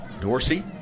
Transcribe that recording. dorsey